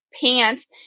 pants